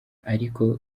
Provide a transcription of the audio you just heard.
ariko